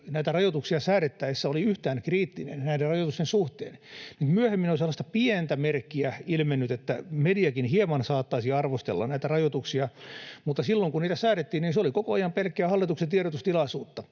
näitä rajoituksia säädettäessä oli yhtään kriittinen näiden rajoitusten suhteen? Myöhemmin on sellaista pientä merkkiä ilmennyt, että mediakin hieman saattaisi arvostella näitä rajoituksia, mutta silloin kun niitä säädettiin, niin se oli koko ajan pelkkää hallituksen tiedotustilaisuutta.